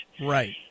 Right